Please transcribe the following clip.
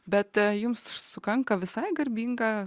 bet jums sukanka visai garbinga